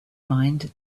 mind